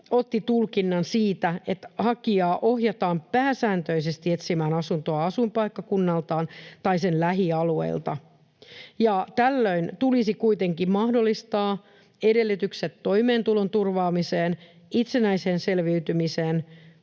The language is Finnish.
otti tulkinnan siitä, että hakijaa ohjataan pääsääntöisesti etsimään asuntoa asuinpaikkakunnaltaan tai sen lähialueilta. Tällöin tulisi kuitenkin mahdollistaa edellytykset toimeentulon turvaamiseen ja itsenäiseen selviytymiseen,